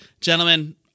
Gentlemen